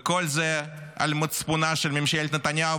כל זה על מצפונה של ממשלת נתניהו,